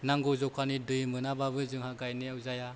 नांगौ जखानि दै मोनाबाबो जोंहा गायनायाव जाया